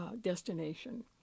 destination